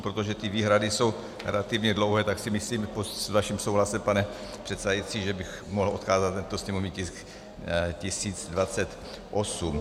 Protože ty výhrady jsou relativně dlouhé, tak si myslím, s vaším souhlasem, pane předsedající, že bych mohl odkázat na tento sněmovní tisk 1028.